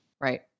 Right